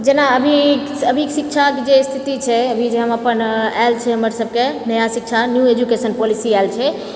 जेना अभी अभीके शिक्षाके जे स्थिति छै अभी जे हम अपन आएल छै हमर सबके नया शिक्षा न्यू एजुकेशन पॉलिसी